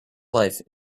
life